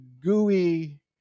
gooey